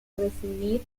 recibir